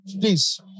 please